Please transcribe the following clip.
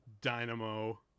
Dynamo